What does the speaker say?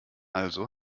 also